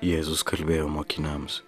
jėzus kalbėjo mokiniams